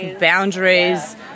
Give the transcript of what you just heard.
boundaries